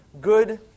Good